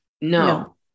no